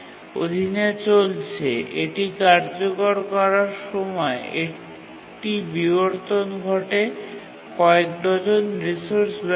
কয়েক dozen resource ব্যবহার করে কার্যকর করার সময় এটির বিবর্তন ঘটতে পারে